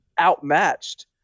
outmatched